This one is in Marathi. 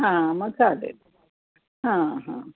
हां मग चालेल हां हां